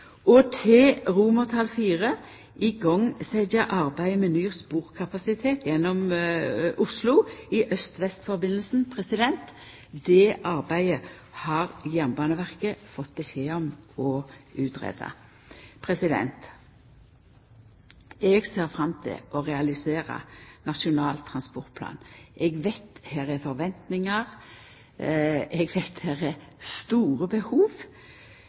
Og til IV: igangsette arbeidet med ny sporkapasitet gjennom Oslo i øst-vest-forbindelsen Det arbeidet har Jernbaneverket fått beskjed om å greia ut. Eg ser fram til å realisera Nasjonal transportplan. Eg veit at det er forventingar, og eg veit at det er store behov.